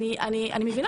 אני מבינה